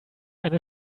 eine